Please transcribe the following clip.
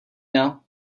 now